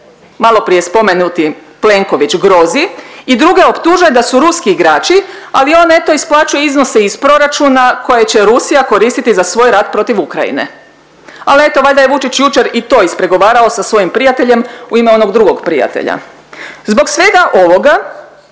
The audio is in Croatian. malo prije spomenuti Plenković grozi i druge optužuje da su ruski igrači, ali on eto isplaćuje iznose iz proračuna koje će Rusija koristiti za svoj rat protiv Ukrajine. Ali eto valjda je Vučić jučer i to ispregovarao sa svojim prijateljem u ime onog drugog prijatelja. Zbog svega ovoga